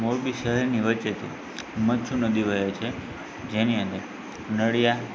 મોરબી શહેરની વચ્ચેથી મચ્છું નદી વહે છે જેની અંદર નળીયા